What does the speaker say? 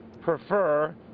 prefer